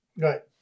Right